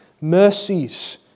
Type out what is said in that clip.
mercies